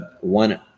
one